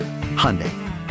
Hyundai